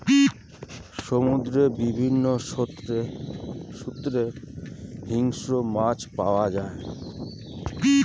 সমুদ্রের বিভিন্ন স্তরে হিংস্র মাছ পাওয়া যায়